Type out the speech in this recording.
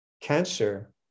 cancer